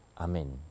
Amen